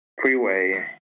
freeway